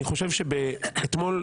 אתמול,